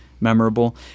memorable